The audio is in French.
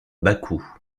bakou